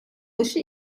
başı